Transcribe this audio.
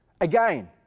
Again